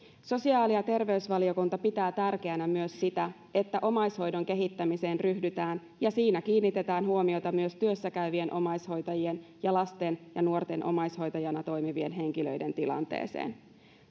sosiaali ja terveysvaliokunta pitää tärkeänä myös sitä että omaishoidon kehittämiseen ryhdytään ja siinä kiinnitetään huomiota myös työssäkäyvien omaishoitajien sekä lasten ja nuorten omaishoitajana toimivien henkilöiden tilanteeseen